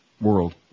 world